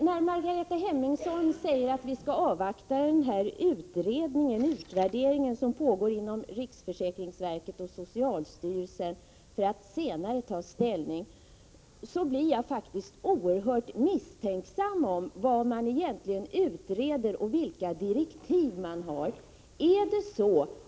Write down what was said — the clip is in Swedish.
När Margareta Hemmingsson säger att vi skall avvakta den utvärdering som pågår inom riksförsäkringsverket och socialstyrelsen för att senare ta ställning blir jag faktiskt oerhört misstänksam när det gäller vad man egentligen utreder och vilka direktiv det finns.